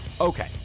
Okay